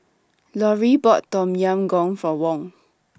Lauri bought Tom Yam Goong For Wong